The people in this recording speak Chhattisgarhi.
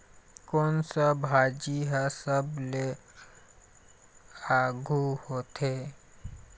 कोन सा भाजी हा सबले आघु होथे?